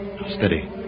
Steady